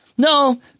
No